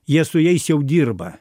jie su jais jau dirba